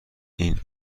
این